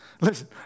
Listen